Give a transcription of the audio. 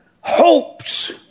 hopes